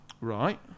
Right